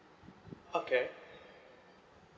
okay